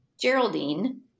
Geraldine